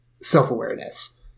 self-awareness